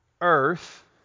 earth